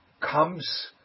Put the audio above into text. comes